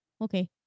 okay